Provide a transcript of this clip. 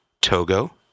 Togo